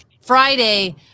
Friday –